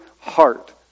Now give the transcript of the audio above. heart